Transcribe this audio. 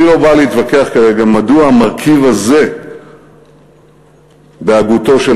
אני לא בא להתווכח כרגע מדוע המרכיב הזה בהגותו של